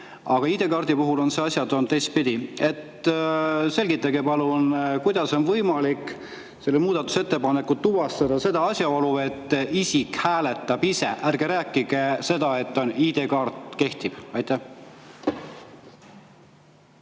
Aga ID‑kaardi puhul on asjad teistpidi. Selgitage, palun, kuidas on võimalik selle muudatusettepanekuga tuvastada asjaolu, et isik hääletab ise. Ärge rääkige seda, et ID‑kaart kehtib. Aitäh,